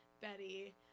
betty